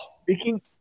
Speaking